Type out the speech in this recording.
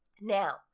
Now